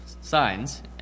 signs